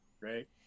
Right